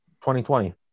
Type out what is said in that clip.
2020